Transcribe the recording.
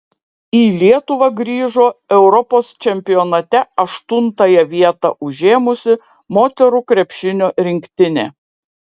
į lietuvą grįžo europos čempionate aštuntąją vietą užėmusi moterų krepšinio rinktinė